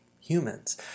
humans